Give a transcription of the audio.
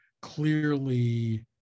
clearly